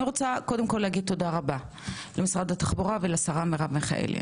אני מודה למשרד התחבורה ולשרה מרב מיכאלי.